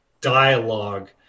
dialogue